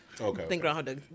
Okay